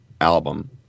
album